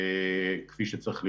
כפי שצריך להיות.